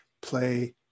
play